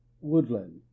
Woodland